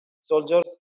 soldiers